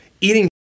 eating